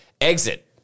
exit